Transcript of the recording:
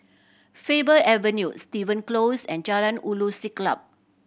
Faber Avenue Steven Close and Jalan Ulu Siglap